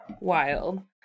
wild